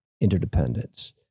interdependence